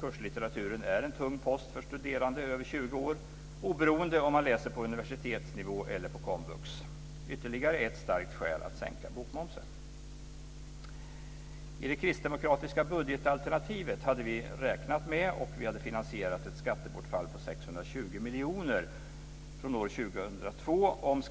Kurslitteraturen är en tung post för studerande över 20 år oberoende av om de läser på universitetsnivå eller på komvux. Det är ytterligare ett starkt skäl att sänka bokmomsen. I det kristdemokratiska budgetalternativet hade vi räknat med och finansierat ett skattebortfall på 620 miljoner från år 2002 om